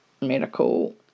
medical